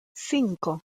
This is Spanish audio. cinco